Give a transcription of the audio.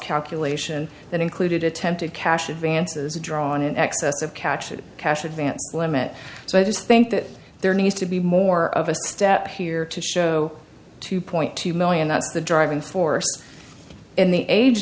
calculation that included attempted cash advances drawn in excess of catches cash advance limit so i just think that there needs to be more of a step here to show two point two million that's the driving force in the age